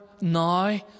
now